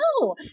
no